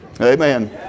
Amen